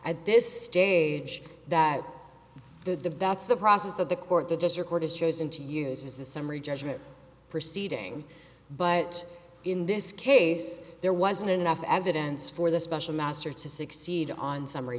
at this stage that the that's the process of the court that just recorded shows and to use as a summary judgment proceeding but in this case there wasn't enough evidence for the special master to succeed on summary